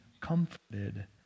comforted